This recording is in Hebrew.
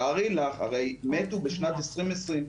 מתו בשנת 2020,